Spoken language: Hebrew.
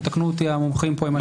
יתקנו אותי המומחים פה אם אני טועה.